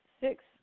six